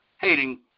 hating